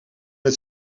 het